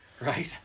right